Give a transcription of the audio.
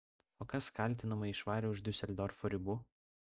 o kas kaltinamąjį išvarė už diuseldorfo ribų